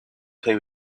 play